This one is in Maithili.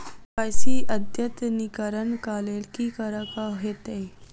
के.वाई.सी अद्यतनीकरण कऽ लेल की करऽ कऽ हेतइ?